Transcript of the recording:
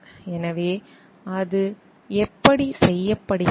எனவே அது எப்படி செய்யப்படுகிறது